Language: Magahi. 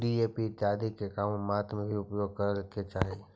डीएपी इत्यादि के कमे मात्रा में ही उपयोग करे के चाहि